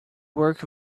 work